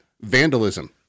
Vandalism